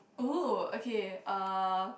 oh okay uh